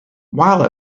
while